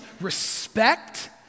respect